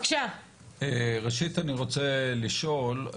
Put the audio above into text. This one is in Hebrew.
ראשית אני רוצה לשאול,